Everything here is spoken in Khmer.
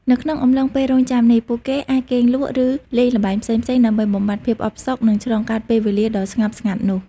នៅក្នុងអំឡុងពេលរង់ចាំនេះ ពួកគេអាចគេងលក់ ឬលេងល្បែងផ្សេងៗដើម្បីបំបាត់ភាពអផ្សុក និងឆ្លងកាត់ពេលវេលាដ៏ស្ងប់ស្ងាត់នោះ។